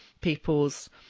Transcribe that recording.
people's